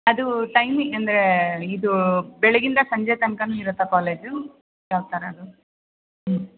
ಅದು ಟೈಮಿಂಗ್ ಅಂದರೆ ಇದು ಬೆಳಗಿಂದ ಸಂಜೆ ತನಕವೂ ಇರುತ್ತಾ ಕಾಲೇಜು ಯಾವ ಥರ ಅದು ಹ್ಞೂ